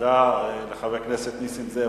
תודה לחבר הכנסת נסים זאב.